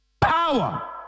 power